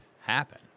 happen